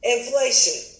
Inflation